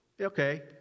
Okay